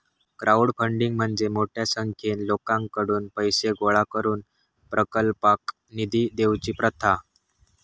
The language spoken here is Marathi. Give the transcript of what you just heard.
क्राउडफंडिंग म्हणजे मोठ्या संख्येन लोकांकडुन पैशे गोळा करून प्रकल्पाक निधी देवची प्रथा